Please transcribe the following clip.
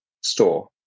store